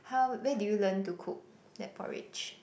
how where did you learn to cook that porridge